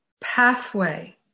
pathway